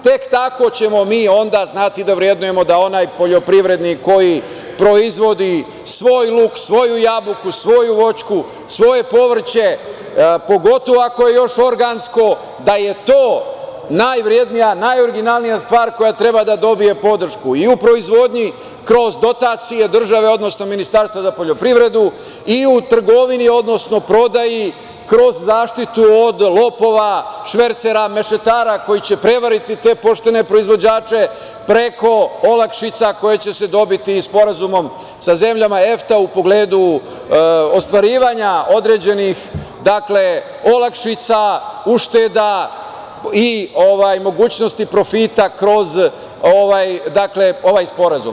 Tek tako ćemo mi onda znati da vrednujemo da onaj poljoprivrednik koji proizvodi svoj luk, svoju jabuku, svoju voćku, svoje povrće, pogotovo ako je još organsko da je to najvrednija, najoriginalnija stvar koja treba da dobije podršku i u proizvodnji kroz dotacije države, odnosno Ministarstva za poljoprivredu i u trgovini, odnosno prodaji kroz zaštitu od lopova, švercera, mešetara koji će prevariti te poštene proizvođače preko olakšica koje će se dobiti i sporazumom sa zemljama EFTA u pogledu ostvarivanja određenih, olakšica, ušteda i mogućnosti profita kroz ovaj sporazum.